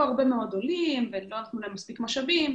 הרבה מאוד עולים ולא נתנו להם מספיק משאבים.